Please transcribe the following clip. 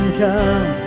come